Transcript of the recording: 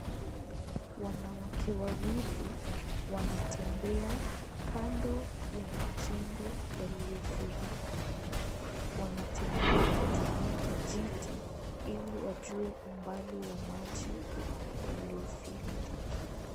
Wanawake wawili, wanatembea kando ya majengo yaliyofurika. Wanatembea kutumia kijiti, ili wajue umbali wa maji iliyofika.